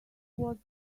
was